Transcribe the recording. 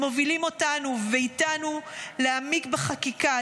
הם מובילים אותנו ואיתנו להעמיק בחקיקה,